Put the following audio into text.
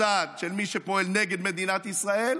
בצד של מי שפועל נגד מדינת ישראל,